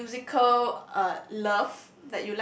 um musical uh love